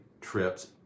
trips